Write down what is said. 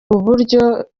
uburyo